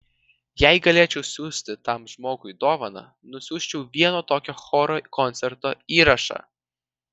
jei galėčiau siųsti tam žmogui dovaną nusiųsčiau vieno tokio choro koncerto įrašą